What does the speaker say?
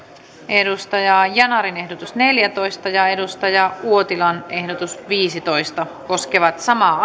ozan yanarin ehdotus neljätoista ja kari uotilan ehdotus viisitoista koskevat samaa